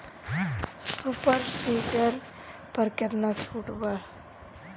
Super seeder पर केतना छूट बा?